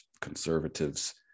conservatives